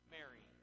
Mary